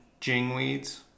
JINGWEEDS